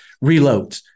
reload